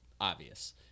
obvious